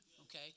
okay